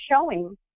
showing